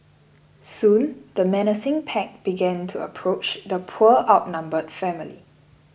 soon the menacing pack began to approach the poor outnumbered family